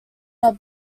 are